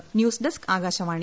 P news desk Akashvani